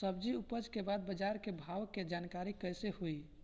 सब्जी उपज के बाद बाजार के भाव के जानकारी कैसे होई?